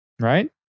Right